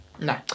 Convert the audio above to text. No